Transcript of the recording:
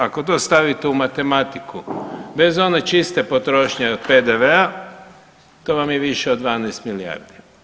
Ako to stavite u matematiku bez one čiste potrošnje od PDV-a to vam je više od 12 milijardi.